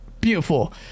beautiful